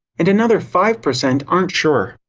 and another five percent aren't sure.